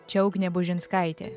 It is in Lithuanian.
čia ugnė bužinskaitė